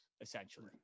essentially